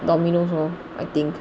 Domino's lor I think